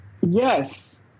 Yes